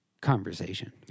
conversation